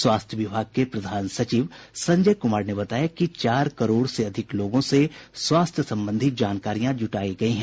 स्वास्थ्य विभाग के प्रधान सचिव संजय कुमार ने बताया कि चार करोड़ से अधिक लोगों से स्वास्थ्य संबंधी जानकारियां जुटायी गयी है